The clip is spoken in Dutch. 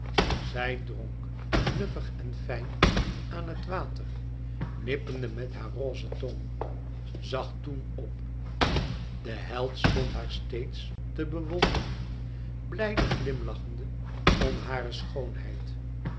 zij dronk nuffig en fijn aan het water nippende met haar roze tong zag toen op de held stond haar steeds te bewonderen blijde glimlachende om hare schoonheid